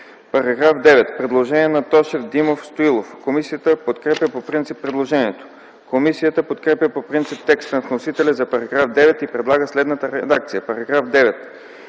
по т. 21. Предложение на Тошев, Димов, Стоилов. Комисията подкрепя по принцип предложението. Комисията подкрепя по принцип текста на вносителя за § 6 и предлага следната редакция: „§ 6.